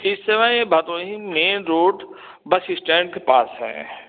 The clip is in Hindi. इस समय Bhadohi main road bus stand के पास है